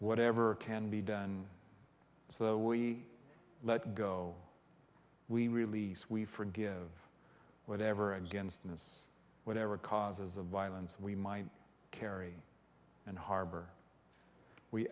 whatever can be done so we let go we release we forgive whatever against us whatever causes of violence we might carry and harbor we